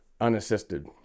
unassisted